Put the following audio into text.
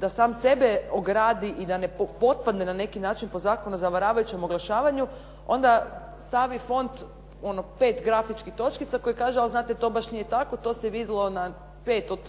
da sam sebe ogradi da ne potpadne na neki način po Zakonu o zavaravajućem oglašavanju, onda stavi font pet grafičkih točkica koji kaže ali znate to baš nije tako, to se vidlo na pet od